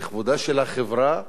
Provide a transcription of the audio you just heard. לכבודה של החברה,